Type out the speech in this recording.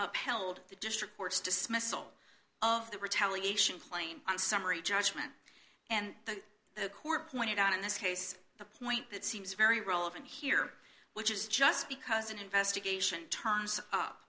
held the district court's dismissal of the retaliation plain on summary judgment and the core pointed out in this case the point that seems very relevant here which is just because an investigation turns up